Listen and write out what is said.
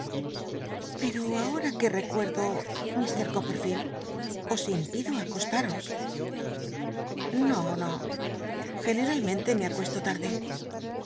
pero aho a que r'ccuerdo ir coppcrfield os impido acostaros no no generalnrente me acuesto tarde